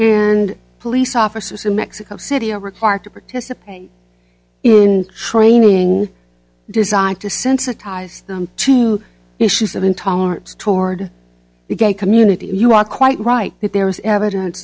and police officers in mexico city are required to participate in training designed to sensitize them to issues of intolerance toward the gay community you are quite right that there is evidence